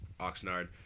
Oxnard